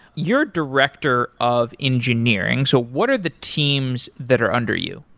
you're director of engineering, so what are the teams that are under you?